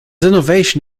innovation